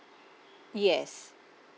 yes